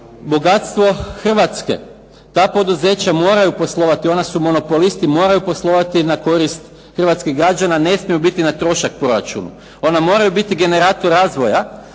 bogatstvo Hrvatske. Ta poduzeća moraju poslovati, ona su monopolisti, moraju poslovati na korist hrvatskih građana, ne smiju biti na trošak proračunu. Ona moraju biti generator razvoja,